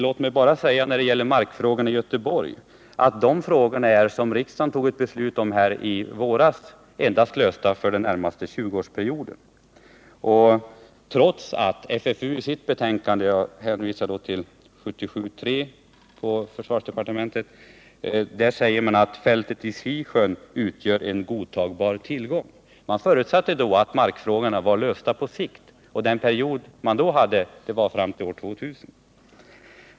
Låt mig när det gäller markfrågorna i Göteborg bara säga att de genom riksdagens beslut i våras är lösta endast för den närmaste tjugoårsperioden, trots att FFU i sitt betänkande Fö 1977:3 säger att fältet i Sisjön utgör en godtagbar tillgång. Man förutsatte då att markfrågorna var lösta på sikt, och den period man räknade med var fram till år 2000.